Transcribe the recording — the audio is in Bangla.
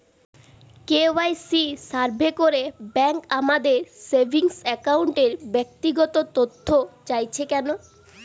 কে.ওয়াই.সি সার্ভে করে ব্যাংক আমাদের সেভিং অ্যাকাউন্টের ব্যক্তিগত তথ্য চাইছে কেন?